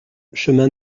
chemin